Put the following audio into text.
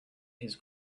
his